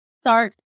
start